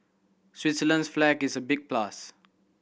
Switzerland's flag is a big plus